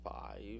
five